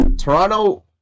Toronto